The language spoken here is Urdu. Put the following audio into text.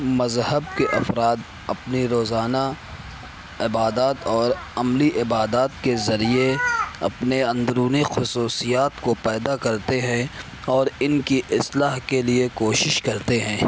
مذہب کے افراد اپنے روزانہ عبادات اور عملی عبادات کے ذریعے اپنے اندرونی خصوصیات کو پیدا کرتے ہیں اور ان کی اصلاح کے لیے کوشش کرتے ہیں